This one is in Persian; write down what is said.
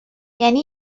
یعنی